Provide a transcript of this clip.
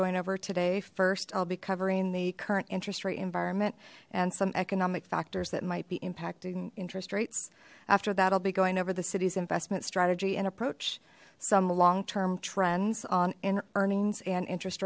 going over today first i'll be covering the current interest rate environment and some economic factors that might be impacting interest rates after that i'll be going over the city's investment strategy and approach some long term trends on in earnings and interest